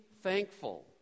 thankful